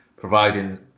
providing